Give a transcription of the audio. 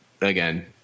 again